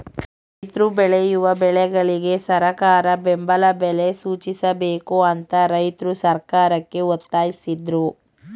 ರೈತ್ರು ಬೆಳೆಯುವ ಬೆಳೆಗಳಿಗೆ ಸರಕಾರ ಬೆಂಬಲ ಬೆಲೆ ಸೂಚಿಸಬೇಕು ಅಂತ ರೈತ್ರು ಸರ್ಕಾರಕ್ಕೆ ಒತ್ತಾಸಿದ್ರು